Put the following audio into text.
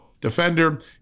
defender